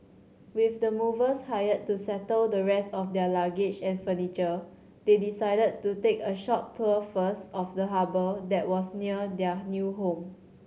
with the movers hired to settle the rest of their luggage and furniture they decided to take a short tour first of the harbour that was near their new home